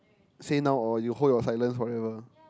say now or you hold your silence forever